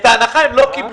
את ההנחה הם לא קיבלו,